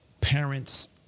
parents